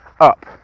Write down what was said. up